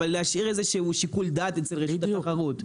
אבל להשאיר איזשהו שיקול דעת אצל רשות התחרות.